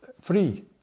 free